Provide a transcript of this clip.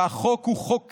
והחוק הוא חוק קיים.